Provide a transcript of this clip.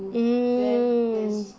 mm